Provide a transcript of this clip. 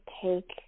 take